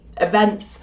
events